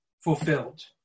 fulfilled